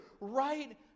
right